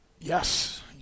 Yes